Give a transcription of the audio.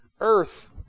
earth